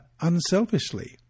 unselfishly